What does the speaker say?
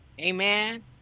Amen